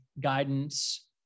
guidance